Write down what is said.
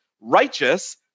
righteous